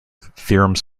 theorems